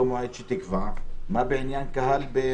מועד שתקבע מה בעניין קהל באירועי ספורט.